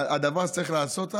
הדבר שצריך לעשות,